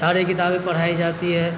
ساری کتابیں پڑھائی جاتی ہے